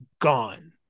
gone